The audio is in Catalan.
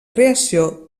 creació